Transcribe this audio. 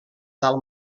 tal